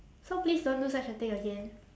so please don't do such a thing again